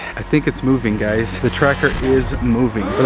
i think it's moving, guys. the tracker is moving.